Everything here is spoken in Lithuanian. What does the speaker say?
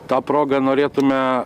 ta proga norėtume